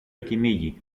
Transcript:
κυνήγι